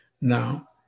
Now